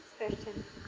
question